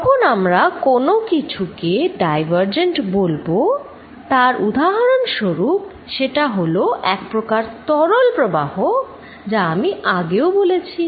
যখন আমরা কোনো কিছু কে ডাইভারজেন্ট বলবো তার উদাহরণস্বরূপ সেটা এক প্রকার তরল প্রবাহ হবে যা আমি আগেও বলেছি